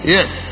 Yes